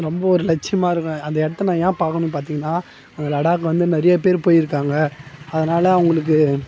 ரொம்ப ஒரு லட்சியமாயிருக்கும் அந்த இடத்தை நான் ஏன் பார்க்கணுன்னு பார்த்தீங்கனா அந்த லடாக் வந்து நிறைய பேர் போயிருக்காங்க அதனால அவங்களுக்கு